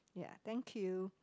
ya thank you